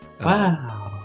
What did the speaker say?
Wow